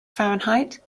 fahrenheit